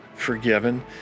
forgiven